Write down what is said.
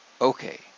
Okay